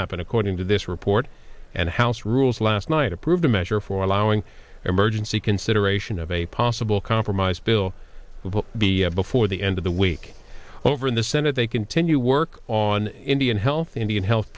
happen according to this report and house rules last night approved a measure for allowing emergency consideration of a possible compromise bill will be before the end of the week over in the senate they continue work on indian health indian health